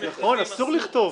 נכון, אסור לכתוב.